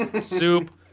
Soup